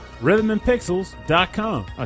rhythmandpixels.com